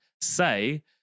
say